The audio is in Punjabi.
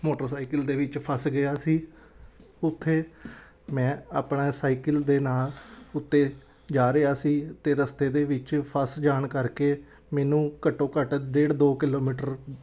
ਮੋਟਰਸਾਈਕਲ ਦੇ ਵਿੱਚ ਫਸ ਗਿਆ ਸੀ ਉੱਥੇ ਮੈਂ ਆਪਣਾ ਸਾਈਕਲ ਦੇ ਨਾਲ ਉੱਤੇ ਜਾ ਰਿਹਾ ਸੀ ਅਤੇ ਰਸਤੇ ਦੇ ਵਿੱਚ ਫਸ ਜਾਣ ਕਰਕੇ ਮੈਨੂੰ ਘੱਟੋ ਘੱਟ ਡੇਢ ਦੋ ਕਿਲੋਮੀਟਰ